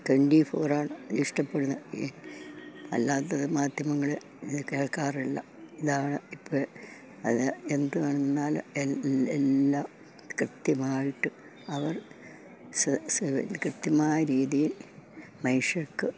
twenty ഫോറാണ് ഇഷ്ടപ്പെടുന്നത് അല്ലാത്ത മാധ്യമങ്ങള് കേൾക്കാറില്ല ഇതാണ് ഇപ്പോള് അത് എന്തുവന്നാലും എല്ലാം കൃത്യമായിട്ട് അവർ കൃത്യമായ രീതിയിൽ മനുഷ്യർക്ക്